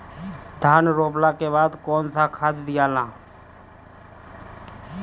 धान रोपला के बाद कौन खाद दियाला?